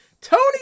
Tony